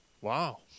Wow